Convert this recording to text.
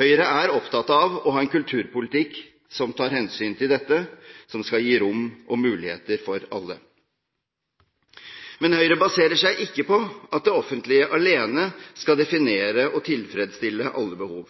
Høyre er opptatt av å ha en kulturpolitikk som tar hensyn til dette, som skal gi rom og muligheter for alle. Men Høyre baserer seg ikke på at det offentlige alene skal definere og tilfredsstille alle behov.